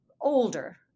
older